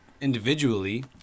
individually